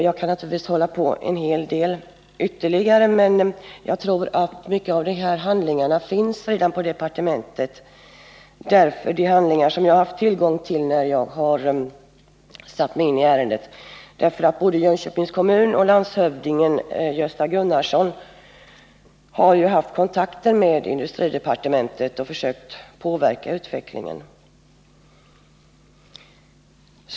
Jag kan naturligtvis säga ytterligare en hel del, men jag tror att mycket av de handlingar som jag har haft tillgång till när jag har satt mig in i ärendet redan finns på departementet, eftersom både Jönköpings kommun och landshövdingen Gösta Gunnarsson har haft kontakter med industridepartementet och försökt påverka utvecklingen.